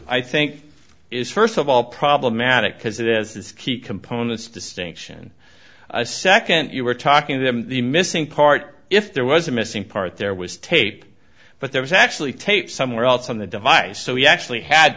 i think is first of all problematic because it is key components distinction a second you were talking about the missing part if there was a missing part there was tape but there was actually tape somewhere else on the device so he actually had